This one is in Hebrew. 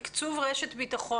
מה לגבי תקצוב "רשת ביטחון",